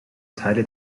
teile